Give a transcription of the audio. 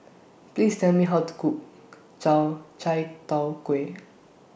Please Tell Me How to Cook Chai Tow Kway